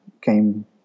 came